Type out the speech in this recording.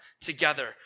together